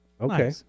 Okay